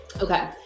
Okay